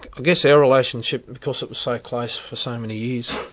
guess our relationship, because it was so close for so many years,